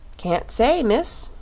can't say, miss,